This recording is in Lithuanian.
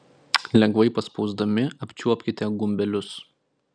lengvai paspausdami apčiuopkite gumbelius